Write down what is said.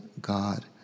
God